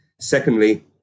Secondly